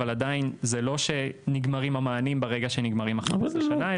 אבל עדיין זה לא שנגמרים המענים ברגע שנגמרים ה-15 שנה,